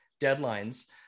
deadlines